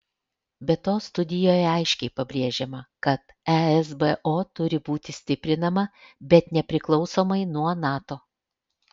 be to studijoje aiškiai pabrėžiama kad esbo turi būti stiprinama bet nepriklausomai nuo nato